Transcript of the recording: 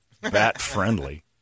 Bat-friendly